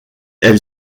elle